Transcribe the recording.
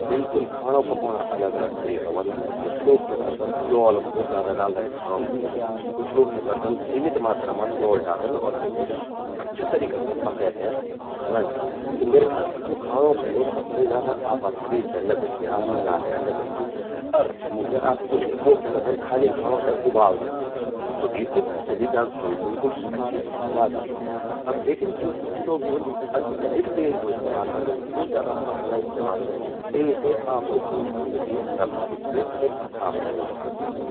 बिलकुल..खाणौं पकौणां अलग-अलग तरीका ह्वंदन। कुछ लोग क्या करदन त्यौल भोत ज्य़ादा डालदन खाणों मां। कुछ लोग क्या करदन सीमित मात्रा मां त्यौल डालदन खाणौं मां अर तेते अच्छा तरीका से पकै ते खंदन छिन। त म्येरा ख्याल से स्वो खाणों खयूं सबसे ज्यादा आपा शरीर ते लगद चि, आपा गात ते लगद चि। अर...अगर आप कुछ लोग क्या करदन खाली खाणों ते उबालदन छिन स्वो भी ठिक चि, स्वो जा, स्वो भी अच्छी बात चि। अब, लेकिन जो कुछ लोग जो ह्वंदन जो अत्यधिक तेल कू इस्तेमाल करदन, भौत ज्यादा मसला इस्तेमाल करदन। तेसे आपो पोषण ज्वो चि प्रभावित ह्वे सकद, आपते नुकसान ह्वे सकद।